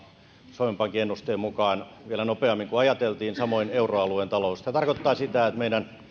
suomen pankin ennusteen mukaan vielä nopeammin kuin ajateltiin samoin euroalueen talous tämä tarkoittaa sitä että meidän